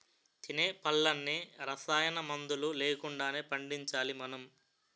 తినే పళ్ళన్నీ రసాయనమందులు లేకుండానే పండించాలి మనం